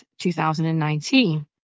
2019